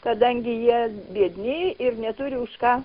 kadangi jie biedni ir neturi už ką